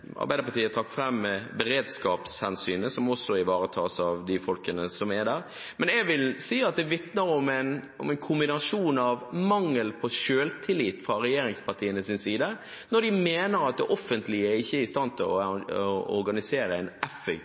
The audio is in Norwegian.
Arbeiderpartiet trakk fram beredskapshensynet som også ivaretas av de folkene som er der. Men jeg vil si at det vitner om en mangel på selvtillit fra regjeringspartienes side når de mener at det offentlige ikke er i stand til å organisere en